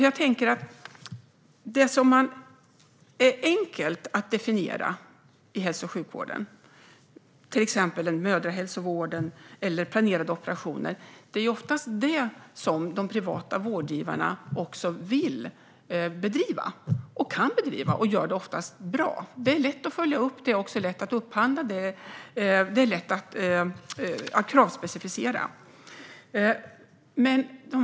Jag tänker att det som är enkelt att definiera i hälso och sjukvården, till exempel mödrahälsovården eller planerade operationer, oftast är det som de privata vårdgivarna vill och kan bedriva. De gör det också oftast bra. Det är lätt att följa upp, det är lätt att upphandla och det är lätt att kravspecificera.